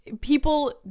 people